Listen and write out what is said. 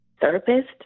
Therapist